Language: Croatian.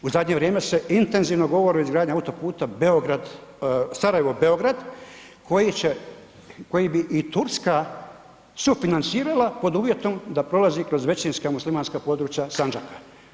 U zadnje vrijeme se intenzivno govori o izgradnji autoputa Beograd, Sarajevo-Beograd koji će, koji bi i Turska sufinancirala pod uvjetom da prolazi kroz većinska muslimanska područja Sandžaka.